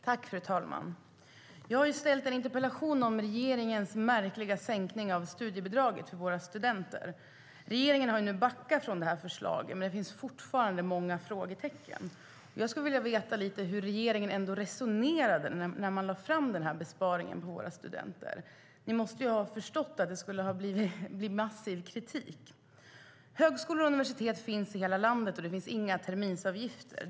Fru talman! Jag har ställt en interpellation om regeringens märkliga sänkning av studiebidraget för våra studenter. Regeringen har nu backat från förslaget, men det finns fortfarande många frågetecken. Jag skulle vilja veta: Hur resonerade ni i regeringen när denna besparing på våra studenter lades fram? Ni måste ju ha förstått att det skulle bli massiv kritik. Högskolor och universitet finns i hela landet, och det finns inga terminsavgifter.